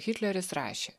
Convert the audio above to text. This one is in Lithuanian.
hitleris rašė